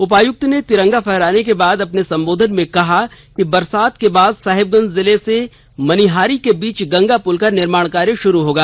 उपायुक्त ने तिरंगा फहराने के बाद अपने संबोधन में कहा कि बरसात के बाद साहिबगंज जिले से मनिहार्री के बीच गंगा पुल का निर्माण कार्य शुरू होगा